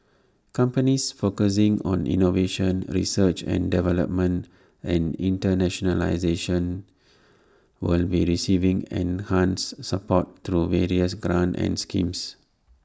companies focusing on innovation research and development and internationalisation will be receiving enhanced support through various grants and schemes